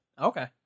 Okay